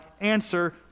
answer